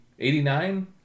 Eighty-nine